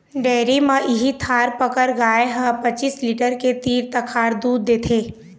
dairy म इहीं थारपकर गाय ह पचीस लीटर के तीर तखार दूद देथे